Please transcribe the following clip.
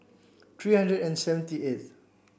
three hundred and seventy eighth